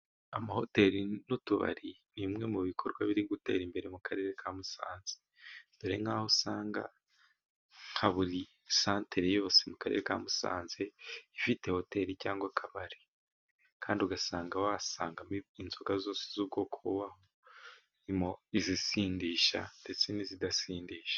Amahoteli n'utubari ni bimwe mu bikorwa biri gutera imbere mu karere ka Musanze, dore nk'aho usanga nka buri santere yose mu karere ka Musanze ifite hoteli, cyangwa akabari, kandi ugasanga wasangamo inzoga zose z'ubwoko bubaho, harimo izisindisha ndetse n'izidasindisha.